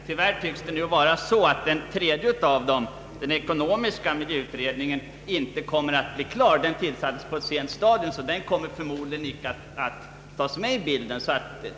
Tyvärr tycks det nu vara så att den tredje av dem, den ekonomiska miljöutredningen, inte kommer att bli klar så att den kan tas med i bilden — den tillsattes på ett sent stadium.